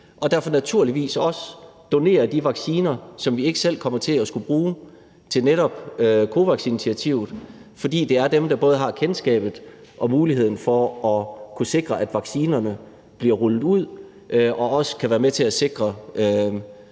og derfor naturligvis også donerer de vacciner, som vi ikke selv kommer til at skulle bruge, til netop COVAX-initiativet, fordi det er dem, der både har kendskabet og muligheden for at kunne sikre, at vaccinerne bliver rullet ud, og også kan være med til at sikre